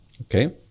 Okay